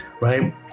right